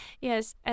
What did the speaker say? Yes